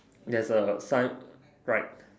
there's a sign right